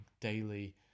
daily